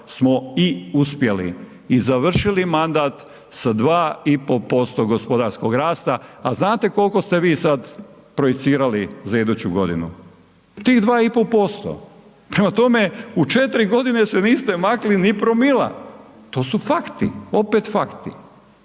smo i uspjeli. I završili mandat sa 2,5% gospodarskog rasta a znate koliko ste vi sad projicirali za iduću godinu? Tih 2,5%. Prema tome, u 4 g. se niste makli ni promila, to su fakti. Opet fakti.